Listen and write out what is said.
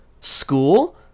School